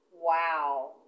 Wow